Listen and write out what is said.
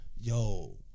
Yo